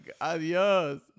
adios